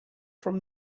from